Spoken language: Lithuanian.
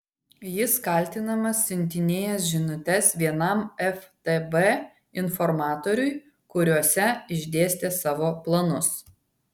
jis kaltinamas siuntinėjęs žinutes vienam ftb informatoriui kuriose išdėstė savo planus